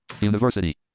University